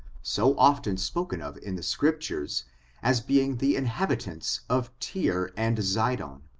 so often spoken of in the scriptures as being the in habitants of tyre and zidon.